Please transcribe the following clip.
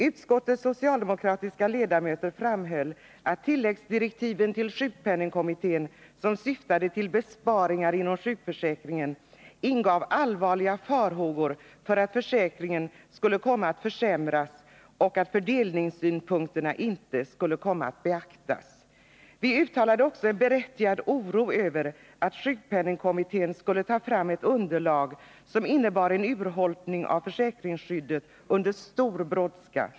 Utskottets socialdemokratiska ledamöter framhöll att tilläggsdirektiven till sjukpenningkommittén, som syftade till besparingar inom sjukförsäkringen, ingav allvarliga farhågor för att försäkringen skulle komma att försämras och att fördelningssynpunkterna inte skulle komma att beaktas. Vi uttalade också en berättigad oro över att sjukpenningkommittén skulle ta fram ett underlag, som innebar en urholkning av försäkringsskyddet, under stor brådska.